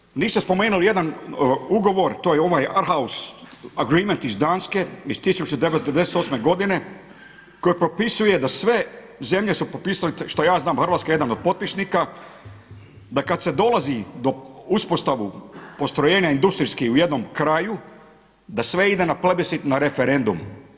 Na kraju niste spomenuli jedan ugovor, to je ovaj Art House agreement iz Danske iz 1998. godine koji propisuje da sve zemlje su potpisale što ja znam, Hrvatska je jedan od potpisnika, da kad se dolazi do uspostavu postrojenja industrijskih u jednom kraju da sve ide na plebiscit, na referendum.